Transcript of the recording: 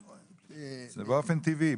זה באופן טבעי,